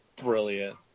Brilliant